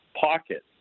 pocket